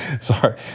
sorry